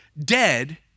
Dead